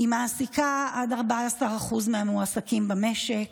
היא מעסיקה עד 14% מהמועסקים במשק,